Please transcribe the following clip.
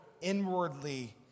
inwardly